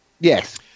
Yes